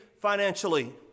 financially